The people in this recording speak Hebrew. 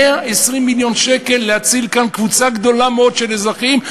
ב-120 מיליון שקל להציל כאן קבוצה גדולה מאוד של אזרחים,